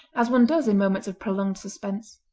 as one does in moments of prolonged suspense.